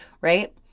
right